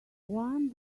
one